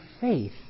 faith